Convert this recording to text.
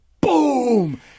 boom